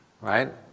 right